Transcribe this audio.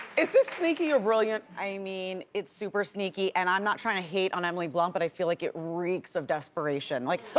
is this sneaky or brilliant? i mean it's super sneaky, and i'm not trying to hate on emily blunt, but i feel like it reeks of desperation. like,